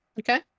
Okay